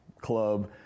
club